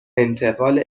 انتقال